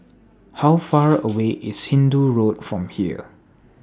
How Far away IS Hindoo Road from here